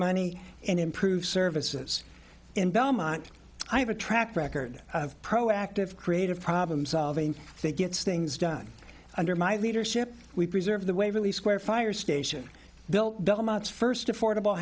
money and improve services in belmont i have a track record of proactive creative problem solving that gets things done under my leadership we preserve the waverley square fire station built belmont's first affordable